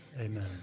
Amen